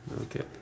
Okay